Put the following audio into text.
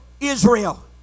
Israel